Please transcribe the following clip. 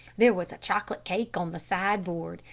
there was a chocolate cake on the sideboard,